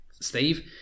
Steve